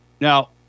Now